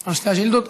על שתי השאילתות.